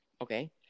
Okay